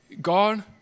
god